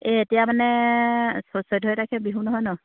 এই এতিয়া মানে চৈধ্য তাৰিখে বিহু নহয় ন